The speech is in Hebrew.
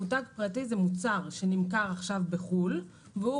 מותג פרטי הזה מוצר שנמכר עכשיו בחו"ל והוא